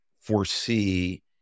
foresee